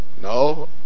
No